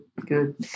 good